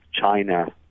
China